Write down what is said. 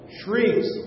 shrieks